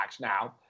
now